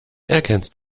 erkennst